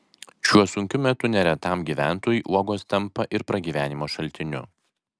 šiuo sunkiu metu neretam gyventojui uogos tampa ir pragyvenimo šaltiniu